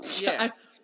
Yes